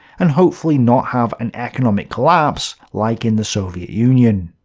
and hopefully not have an economic collapse like in the soviet union.